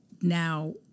now